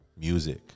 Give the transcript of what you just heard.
music